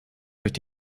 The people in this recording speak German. durch